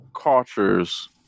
cultures